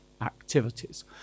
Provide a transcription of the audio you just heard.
activities